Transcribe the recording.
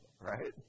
Right